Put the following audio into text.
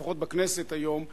לפחות היום בכנסת,